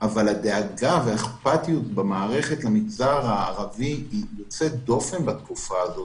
אבל הדאגה והאכפתיות במערכת למגזר הערבי הם יוצאי דופן בתקופה הזאת,